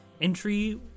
entry